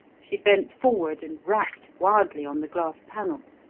she bent forward and rapped wildly on the glass panel.